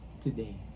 today